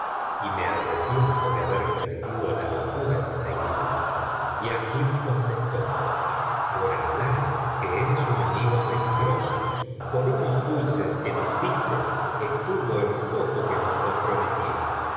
y me arrepiento de haber cometido la locura de seguirte y agib contestó por alah que eres un amigo peligroso por unos dulces que nos diste estuvo en poco que nos comprometieras